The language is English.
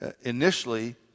initially